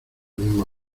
misma